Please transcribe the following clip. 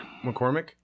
mccormick